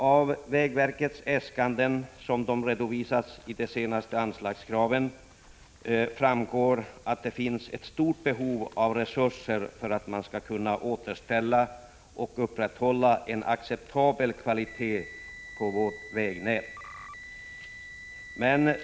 Av vägverkets äskanden, såsom de redovisats i de senaste anslagskraven, framgår att det finns ett stort behov av resurser för att verket skall kunna återställa och upprätthålla en acceptabel kvalitet på vårt vägnät.